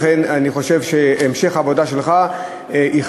לכן אני חושב שהמשך העבודה שלך חשוב,